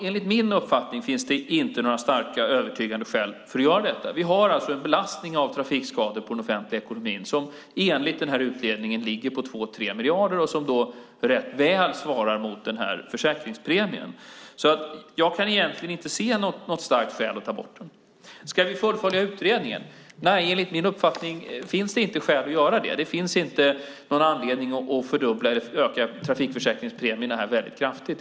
Enligt min uppfattning finns det inte några starka och övertygande skäl för att göra det. Vi har alltså en belastning av trafikskador på den offentliga ekonomin som enligt utredningen ligger på 2-3 miljarder och som rätt väl svarar mot försäkringspremien. Jag kan egentligen inte se något starkt skäl att ta bort den. Ska vi fullfölja utredningen? Nej, enligt min uppfattning finns det inte skäl att göra det. Det finns inte någon anledning att öka trafikförsäkringspremierna kraftigt.